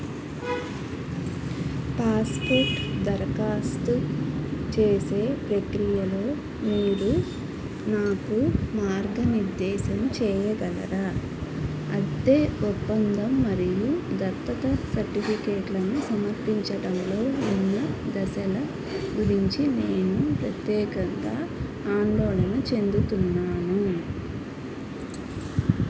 passport దరఖాస్తు చేసే ప్రక్రియలో మీరు నాకు మార్గనిర్దేశం చేయగలరా అద్దె ఒప్పందం మరియు దత్తత సర్టిఫికేట్లను సమర్పించడంలో ఉన్న దశల గురించి నేను ప్రత్యేకంగా ఆందోళన చెందుతున్నాను